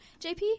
JP